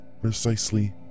precisely